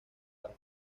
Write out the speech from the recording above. para